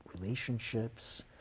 relationships